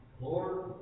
Lord